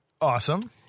Awesome